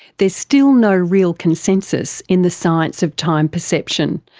there's still no real consensus in the science of time perception,